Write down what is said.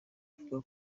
avuga